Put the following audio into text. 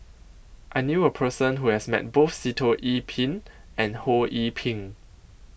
I knew A Person Who has Met Both Sitoh Yih Pin and Ho Yee Ping